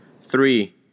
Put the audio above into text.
three